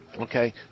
Okay